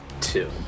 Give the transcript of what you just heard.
two